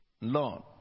Lord